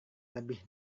lebih